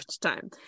time